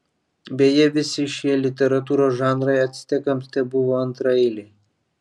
beje visi šie literatūros žanrai actekams tebuvo antraeiliai